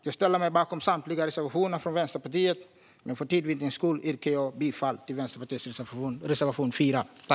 Jag ställer mig bakom samtliga reservationer från Vänsterpartiet men för tids vinnande yrkar jag bifall endast till Vänsterpartiets reservation 4.